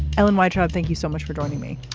ellen why traub thank you so much for joining me.